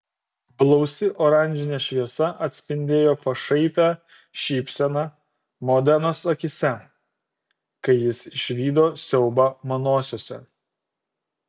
blausi oranžinė šviesa atspindėjo pašaipią šypseną modenos akyse kai jis išvydo siaubą manosiose